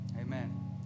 amen